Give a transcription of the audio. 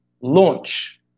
launch